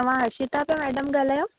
तव्हां श्वेता था मैडम ॻाल्हायो